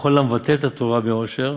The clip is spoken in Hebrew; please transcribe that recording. וכל המבטל את התורה מעושר,